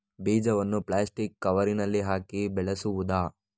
ಬೀಜವನ್ನು ಪ್ಲಾಸ್ಟಿಕ್ ಕವರಿನಲ್ಲಿ ಹಾಕಿ ಬೆಳೆಸುವುದಾ?